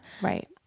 right